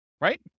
right